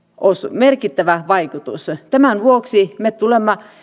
merkittävä vaikutus tämän vuoksi me tulemme